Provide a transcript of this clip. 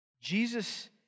Jesus